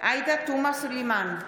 עאידה תומא סלימאן,